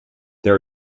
there